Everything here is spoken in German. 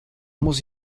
muss